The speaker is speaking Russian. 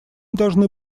должны